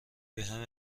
بهم